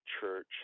church